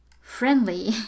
friendly